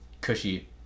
cushy